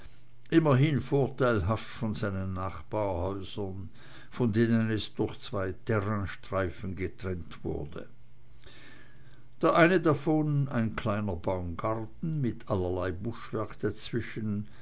immerhin vorteilhaft von seinen nachbarhäusern von denen es durch zwei terrainstreifen getrennt wurde der eine davon ein kleiner baumgarten mit allerlei buschwerk dazwischen